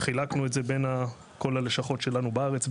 חילקנו את זה בין כל הלשכות שלנו בארץ,